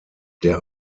der